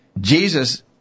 Jesus